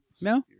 No